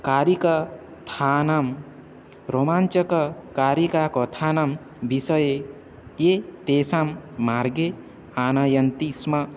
कारिककथानं रोमाञ्चककारिका कथानां विषये ये तेषां मार्गे आनयन्ति स्म